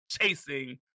chasing